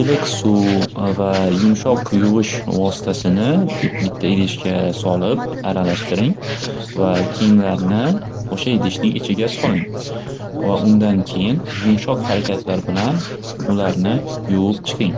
Iliq suv va yumshoq yuvish vositasini bitta idishga solib aralashtiring va kiyimlarni o'sha idishning ichiga soling va undan keyin yumshoq xarakatlar bilan ularni yuvib chiqing.